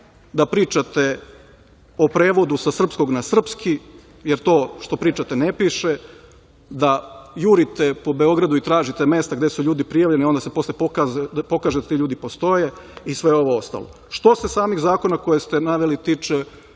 da pričate o prevodu sa srpskog na srpski, jer to što pričate ne piše, da jurite po Beogradu i tražite mesta gde su ljudi prijavljeni, a onda se posle pokaže da ti ljudi postoje i sve ovo ostalo. Što se samih zakona, koje ste naveli, tiče,